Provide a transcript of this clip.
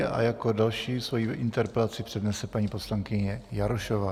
A jako další svoji interpelaci přednese paní poslankyně Jarošová.